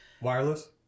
wireless